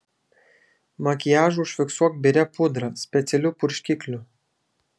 makiažą užfiksuok biria pudra specialiu purškikliu